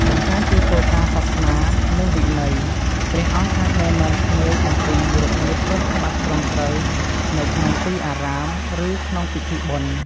នេះរួមបញ្ចូលទាំងការស្លៀកពាក់សមរម្យ របៀបធ្វើគារវកិច្ចចំពោះព្រះរតនត្រ័យ ការរក្សាភាពស្ងៀមស្ងាត់ និងការគោរពវិន័យផ្សេងៗ។